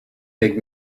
big